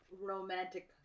romantic